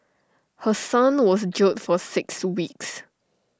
her son was jailed for six weeks